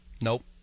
Nope